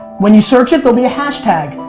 when you search it, there'll be a hashtag,